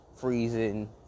freezing